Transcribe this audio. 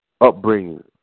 upbringing